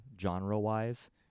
genre-wise